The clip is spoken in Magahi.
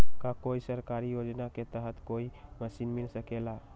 का कोई सरकारी योजना के तहत कोई मशीन मिल सकेला?